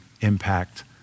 impact